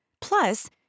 Plus